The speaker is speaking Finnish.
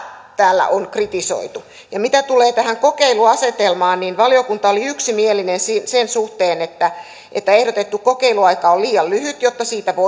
täällä on kritisoitu mitä tulee tähän kokeiluasetelmaan niin valiokunta oli yksimielinen sen suhteen että että ehdotettu kokeiluaika on liian lyhyt jotta siitä